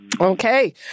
Okay